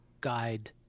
guide